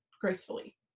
gracefully